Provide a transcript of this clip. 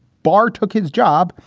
barr took his job,